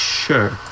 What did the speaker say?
sure